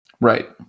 Right